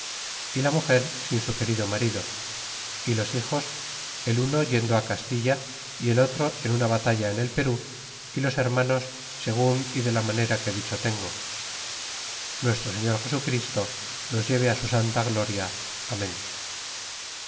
y la muger sin su querido marido y los hijos el uno yendo castilla y el otro en una batalla en el perú y los bermanos segun y de la maneta que dicho tengo nuestro señor jesu christo los lleve a su santa gloria amen